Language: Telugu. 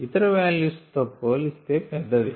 ఇతర వాల్యూస్ తో పోలిస్తే పెద్దది